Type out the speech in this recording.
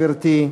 גברתי,